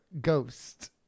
ghost